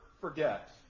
forget